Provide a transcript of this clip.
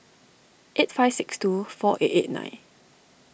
eight five six two four eight eight nine